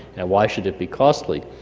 and why should it be costly?